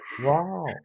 Wow